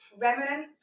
Remnant